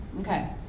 okay